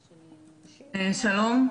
שלום.